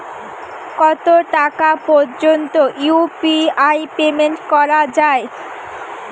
কত টাকা পর্যন্ত ইউ.পি.আই পেমেন্ট করা যায়?